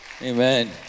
Amen